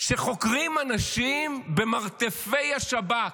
שחוקרים אנשים במרתפי השב"כ.